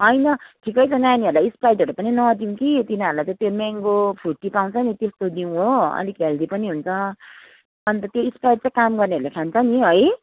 होइन ठिकै छ नानीहरूलाई स्प्राइटहरू पनि नदिउँ कि तिनीहरूलाई त त्यो म्याङ्गो फ्रुटी पाउँछ नि त्यस्तो दिउँ हो अलिक हेल्दी पनि हुन्छ अनि त त्यो स्प्राइट चाहिँ काम गर्नेहरूले खान्छ नि है